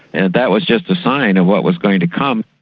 and that was just a sign of what was going to come.